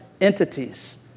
entities